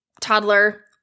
toddler